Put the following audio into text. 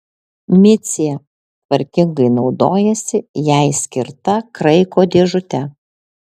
micė tvarkingai naudojasi jai skirta kraiko dėžute